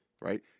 Right